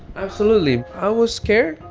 absolutely. i was scared,